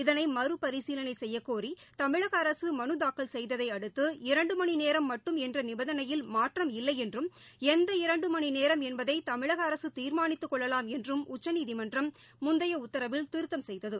இதனை மறுபரிசீலனை செய்யக்கோரி தமிழக அரசு மனு தாக்கல் செய்ததையடுத்து இரண்டு மணி நேரம் மட்டும் என்ற நிபந்தனையில் மாற்றம் இல்லை என்றும் எந்த இரண்டு மணி நேரம் என்பதை தமிழக அரசு தீர்மானித்துக் கொள்ளவாம் என்றும் உச்சநீதிமன்றம் முந்தைய உத்தரவில் திருத்தம் செய்தது